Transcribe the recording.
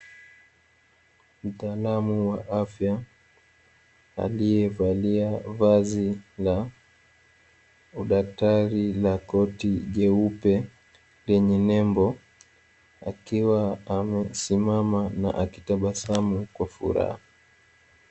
Mtaalamu wa afya aliyevalia vazi la udaktari la koti jeupe lenye nembo, akiwa amesimama na akitabasamu kwa furaha.